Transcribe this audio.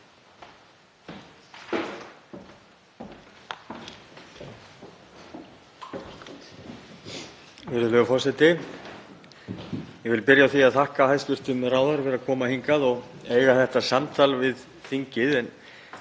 þetta samtal við þingið.